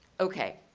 okay,